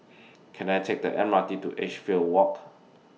Can I Take The M R T to Edgefield Walk